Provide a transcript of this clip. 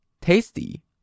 tasty